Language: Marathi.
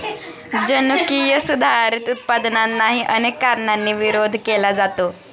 जनुकीय सुधारित उत्पादनांनाही अनेक कारणांनी विरोध केला जातो